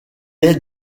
est